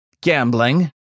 Gambling